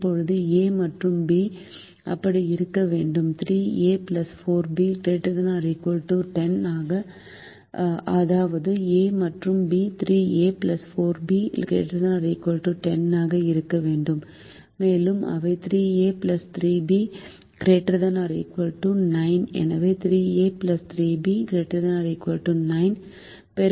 இப்போது a மற்றும் b அப்படி இருக்க வேண்டும் 3a 4b ≥ 10 அதாவது a மற்றும் b 3a 4b ≥ 10 ஆக இருக்க வேண்டும் மேலும் அவை 3a 3b ≥ 9 எனவே 3a 3b ≥ 9